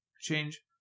change